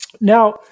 Now